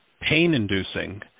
pain-inducing